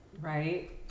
Right